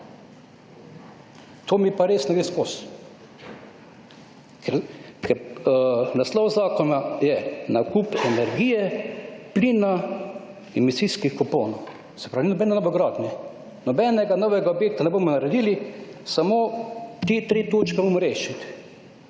To mi pa res ne gre skozi. V naslovu zakona piše: nakup energije, plina, emisijskih kuponov. Se pravi, nobene novogradnje. Nobenega novega objekta ne bomo naredili, samo te tri točke moramo rešiti.